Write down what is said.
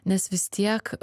nes vis tiek